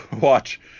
watch